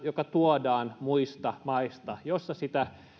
joka tuodaan muista maista jossa sitä